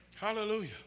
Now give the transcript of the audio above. Hallelujah